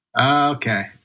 Okay